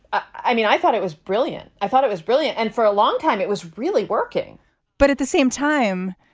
i mean, i thought it was brilliant. i thought it was brilliant. and for a long time, it was really working but at the same time,